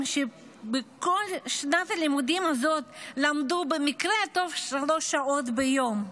בכל שנת הלימודים הזאת ילדים למדו במקרה הטוב שלוש שעות ביום,